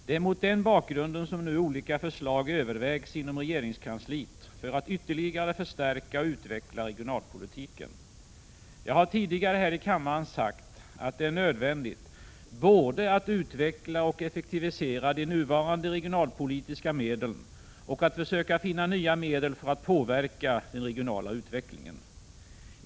Det är mot den bakgrunden som olika förslag nu övervägs inom regeringskansliet för att ytterligare förstärka och utveckla regionalpolitiken. Jag har tidigare här i kammaren sagt att det är nödvändigt både att utveckla och effektivisera de nuvarande regionalpolitiska medlen och att försöka finna nya medel för att påverka den regionala utvecklingen.